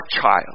child